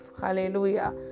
Hallelujah